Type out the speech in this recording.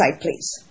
please